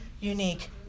unique